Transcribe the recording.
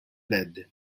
lead